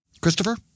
Christopher